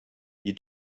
you